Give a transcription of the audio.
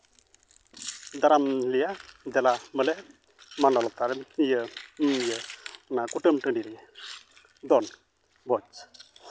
ᱫᱟᱨᱟᱢ ᱞᱮᱭᱟ ᱫᱮᱞᱟ ᱵᱚᱞᱮ ᱢᱟᱰᱣᱟ ᱞᱟᱛᱟᱨ ᱨᱮ ᱤᱭᱟᱹ ᱤᱭᱟᱹ ᱚᱱᱟ ᱠᱩᱴᱟᱹᱢ ᱴᱟᱺᱰᱤ ᱨᱮ ᱫᱮᱱ ᱵᱷᱚᱡ